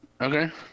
Okay